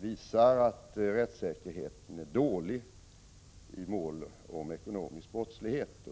visar att rättssäkerheten är dålig i mål om ekonomisk brottslighet.